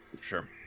sure